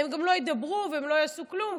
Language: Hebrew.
הם גם לא ידברו והם לא יעשו כלום,